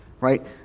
right